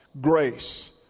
grace